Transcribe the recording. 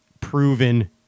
proven